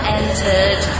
entered